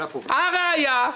הראיה,